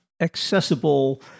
accessible